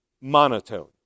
monotone